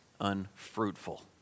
unfruitful